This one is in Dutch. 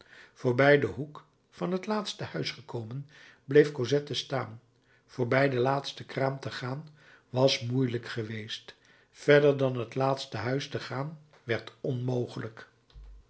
voorbij den hoek van het laatste huis gekomen bleef cosette staan voorbij de laatste kraam te gaan was moeielijk geweest verder dan het laatste huis te gaan werd onmogelijk